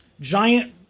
giant